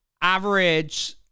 average